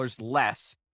less